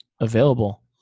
available